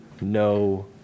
no